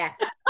Yes